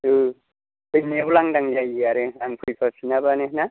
फैनायाव लांदां जायो आरो आं फैफाफिनाबानो ना